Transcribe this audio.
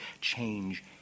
change